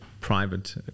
private